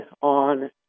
on